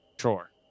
Sure